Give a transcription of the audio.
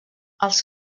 els